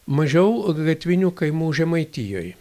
mažiau gatvinių kaimų žemaitijoj